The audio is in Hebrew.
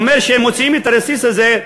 הוא אומר שאם מוציאים את הרסיס הזה,